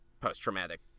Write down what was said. post-traumatic